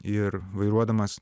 ir vairuodamas